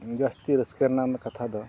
ᱡᱟᱹᱥᱛᱤ ᱨᱟᱹᱥᱠᱟᱹ ᱨᱮᱱᱟᱝ ᱫᱚ ᱠᱟᱛᱷᱟ ᱫᱚ